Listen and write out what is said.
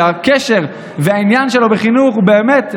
שהקשר והעניין שלו בחינוך הוא באמת,